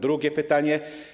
Drugie pytanie.